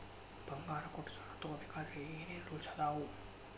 ಬಂಗಾರ ಕೊಟ್ಟ ಸಾಲ ತಗೋಬೇಕಾದ್ರೆ ಏನ್ ಏನ್ ರೂಲ್ಸ್ ಅದಾವು?